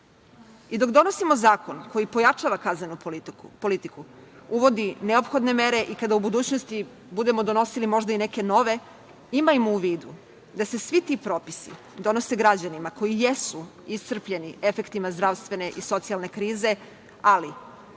nama. Dok donosimo zakon koji pojačava kaznenu politiku, uvodi neophodne mere i kada u budućnosti budemo donosili možda i neke nove, imajmo u vidu da se svi ti propisi donose građanima koji jesu iscrpljeni efektima zdravstvene i socijalne krize, ali,